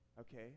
Okay